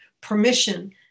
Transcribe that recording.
permission